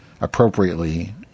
appropriately